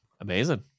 Amazing